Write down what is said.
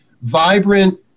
vibrant